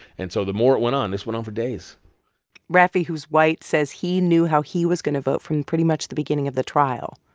and so the more it went on this went on for days raffe, ah who's white, says he knew how he was going to vote from pretty much the beginning of the trial.